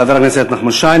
תודה רבה לחבר הכנסת נחמן שי.